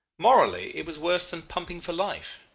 morally it was worse than pumping for life.